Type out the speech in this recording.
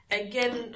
Again